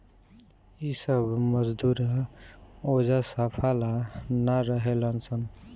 इ सब मजदूरा ओजा साफा ला ना रहेलन सन